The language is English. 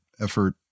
effort